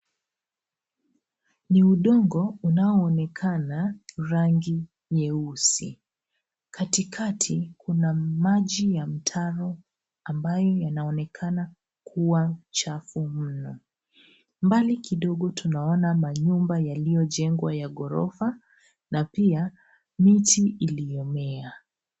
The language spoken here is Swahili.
Ni udongo unaoonekana rangi nyeusi. Katikati kuna maji ya mtaro, ambayo yanaonekana kua chafu mno. Mbali kidogo tunaona manyumba yaliyojengwa ya ghorofa, na pia miti iliyomea.